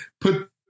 Put